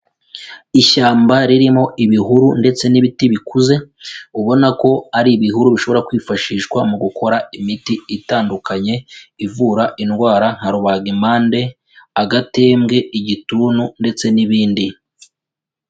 Ishyamba ririmo ibihuru ndetse n'ibiti bikuze, ubona ko ari ibihuru bishobora kwifashishwa mu gukora imiti itandukanye, ivura indwara nka rubagimpande, agatembwe, igituntu, ndetse n'ibindi.